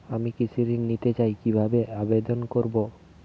আমি কৃষি ঋণ নিতে চাই কি ভাবে আবেদন করব?